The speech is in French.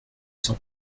cent